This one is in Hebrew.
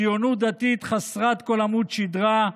ציונות דתית חסרת כל עמוד שדרה,